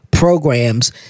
Programs